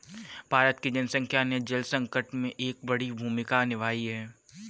भारत की जनसंख्या ने जल संकट में एक बड़ी भूमिका निभाई है